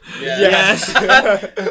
Yes